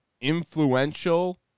influential